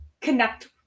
connect